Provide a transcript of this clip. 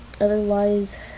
otherwise